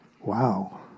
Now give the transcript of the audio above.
Wow